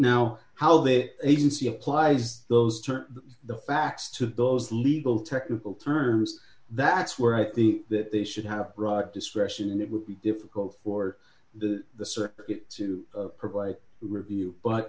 now how that agency applies those turn the facts to those legal technical terms that's where i think that they should have discretion and it would be difficult for the circuit to provide a review but